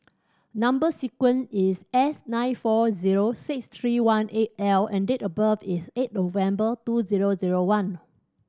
number sequence is S nine four zero six three one eight L and date of birth is eight November two zero zero one